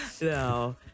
No